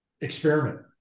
experiment